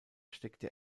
steckte